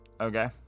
Okay